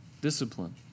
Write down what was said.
discipline